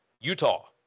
Utah